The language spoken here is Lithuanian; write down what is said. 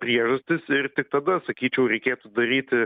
priežastys ir tik tada sakyčiau reikėtų daryti